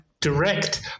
direct